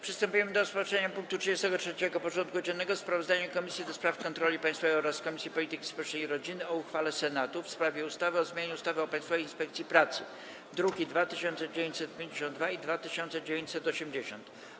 Przystępujemy do rozpatrzenia punktu 33. porządku dziennego: Sprawozdanie Komisji do Spraw Kontroli Państwowej oraz Komisji Polityki Społecznej i Rodziny o uchwale Senatu w sprawie ustawy o zmianie ustawy o Państwowej Inspekcji Pracy (druki nr 2952 i 2980)